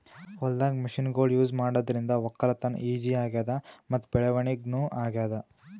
ಹೊಲ್ದಾಗ್ ಮಷಿನ್ಗೊಳ್ ಯೂಸ್ ಮಾಡಾದ್ರಿಂದ ವಕ್ಕಲತನ್ ಈಜಿ ಆಗ್ಯಾದ್ ಮತ್ತ್ ಬೆಳವಣಿಗ್ ನೂ ಆಗ್ಯಾದ್